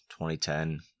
2010